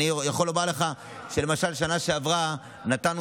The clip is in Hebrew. אני יכול לומר לך שלמשל בשנה שעברה נתנו